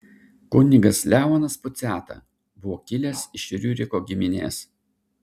kunigas leonas puciata buvo kilęs iš riuriko giminės